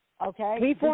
Okay